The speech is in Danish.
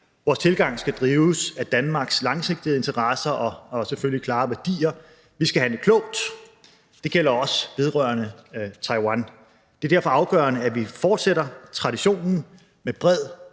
Vores tilgang skal drives af Danmarks langsigtede interesser og selvfølgelig af klare værdier. Vi skal handle klogt. Det gælder også vedrørende Taiwan. Det er derfor afgørende, at vi fortsætter traditionen med bred